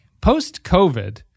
Post-COVID